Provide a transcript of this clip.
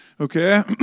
okay